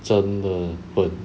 真的笨